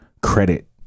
Credit